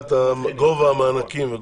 מבחינת גובה המענקים.